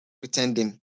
pretending